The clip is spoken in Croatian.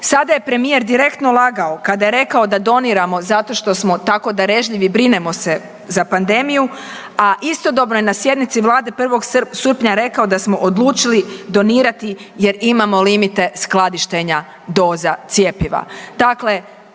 sada je premijer direktno lagao kada je rekao da doniramo zato što smo tako darežljivi, brinemo se za pandemiju, a istodobno je na sjednici vlade 1. srpnja rekao da smo odlučili donirati jer imamo limite skladištenja doza cjepiva.